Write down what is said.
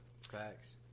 Facts